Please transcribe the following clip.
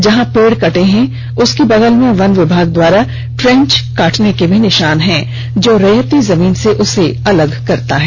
जहां पेड़ कटे हैं उसके बगल में वन विभाग द्वारा ट्रेंच काटने के भी निशान है जो रैयती जमीन से उसे अलग करता है